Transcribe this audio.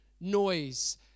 noise